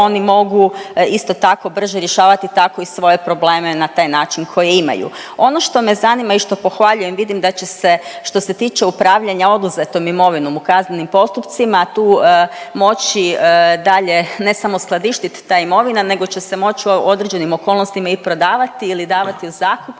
oni mogu isto tako brže rješavati tako i svoje probleme na taj način koje imaju. Ono što me zanima i što pohvaljujem, vidim da će se, što se tiče upravljanja oduzetom imovinom u kaznenim postupcima, tu moći dalje ne samo skladištiti ta imovina, nego će se moći u određenim okolnostima i prodavati ili davati u zakup